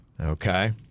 Okay